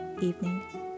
evening